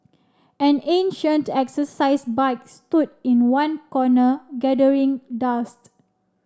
an ancient exercise bike stood in one corner gathering dust